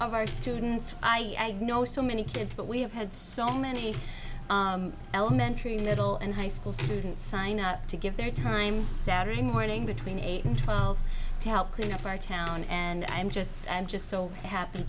of our students i know so many kids but we have had so many elementary middle and high school students sign up to give their time saturday morning between eight and twelve to help clean up our town and i'm just i'm just so happ